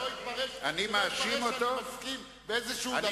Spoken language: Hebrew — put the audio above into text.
רק שזה לא יתפרש שאני מסכים באיזה שהוא דבר אתו.